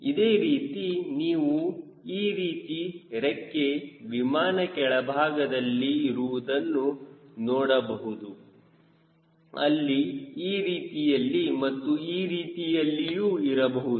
ಅದೇ ರೀತಿ ನೀವು ಈ ರೀತಿ ರೆಕ್ಕೆ ವಿಮಾನ ಕೆಳಭಾಗದಲ್ಲಿ ಇರುವುದನ್ನು ನೋಡಬಹುದು ಅಲ್ಲಿ ಈ ರೀತಿಯಲ್ಲಿ ಮತ್ತು ಈ ರೀತಿಯಲ್ಲಿಯೂ ಇರಬಹುದು